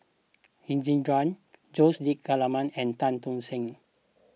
Jose D'Almeida and Tan Tock San